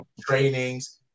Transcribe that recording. trainings